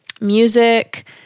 music